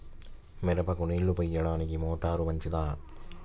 మిరపకు నీళ్ళు పోయడానికి మోటారు మంచిదా?